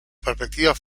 perspectivas